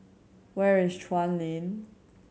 where is Chuan Lane